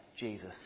Jesus